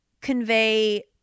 convey